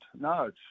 No